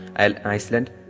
Iceland